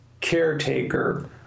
caretaker